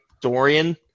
Dorian